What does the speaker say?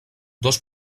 dos